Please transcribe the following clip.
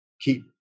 keep